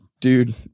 dude